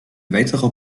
weiterer